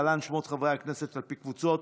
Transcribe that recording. להלן שמות חברי הכנסת על פי קבוצות.